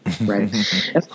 right